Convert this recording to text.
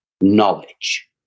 knowledge